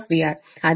ಆದ್ದರಿಂದ 10